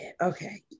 Okay